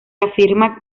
afirma